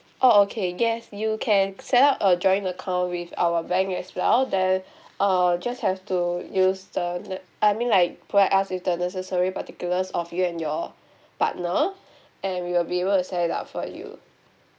oh okay yes you can set up a joint account with our bank as well there uh just have to use the uh I mean like provide us with the necessary particulars of you and your partner and we will be able to set it up for you